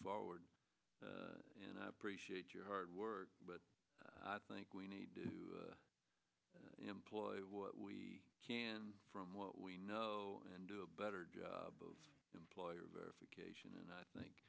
forward and i appreciate your hard work but i think we need to employ what we can from what we know and do a better job of employer verification and i think